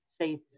say